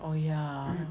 oh ya